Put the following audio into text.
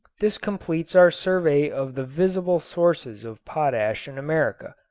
this completes our survey of the visible sources of potash in america.